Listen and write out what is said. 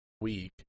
week